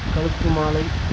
கழுத்து மாலை